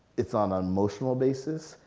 it's on an emotional basis,